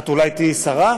את אולי תהיי שרה,